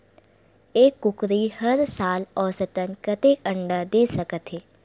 एक कुकरी हर साल औसतन कतेक अंडा दे सकत हे?